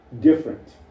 different